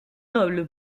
noble